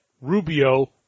Rubio